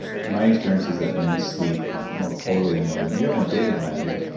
my experience is that men sleep more poorly than women. you have more data than i do,